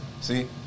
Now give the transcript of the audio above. See